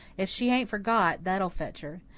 if she hain't forgot, that'll fetch her.